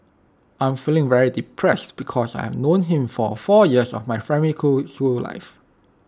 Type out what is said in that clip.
I'm feeling very depressed because I've known him for four years of my primary cool school life